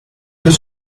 was